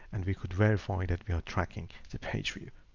and we could verify that we are tracking the page view.